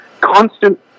constant